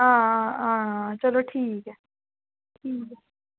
हां हां चलो ठीक ऐ ठीक ऐ